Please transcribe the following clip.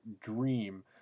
dream